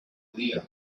judía